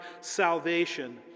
salvation